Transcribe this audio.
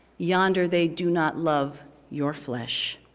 yonder they do not love your flesh,